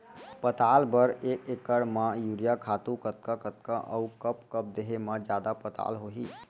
पताल बर एक एकड़ म यूरिया खातू कतका कतका अऊ कब कब देहे म जादा पताल होही?